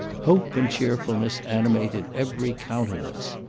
hope and cheerfulness animated every countenance.